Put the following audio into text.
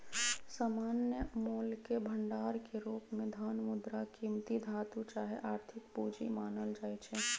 सामान्य मोलके भंडार के रूप में धन, मुद्रा, कीमती धातु चाहे आर्थिक पूजी मानल जाइ छै